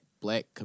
black